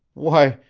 why,